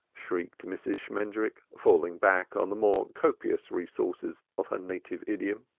shrieked mrs. shmendrik, falling back on the more copious resources of her native idiom.